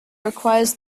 requires